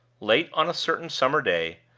late on a certain summer day,